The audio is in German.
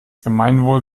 gemeinwohl